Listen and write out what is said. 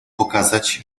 pokazać